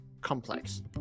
complex